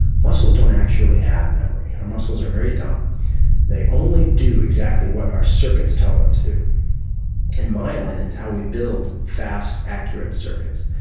muscles don't actually have memory, muscles are very dumb they only do exactly what our circuits tell them to do and myelin is how we build fast accurate circuits.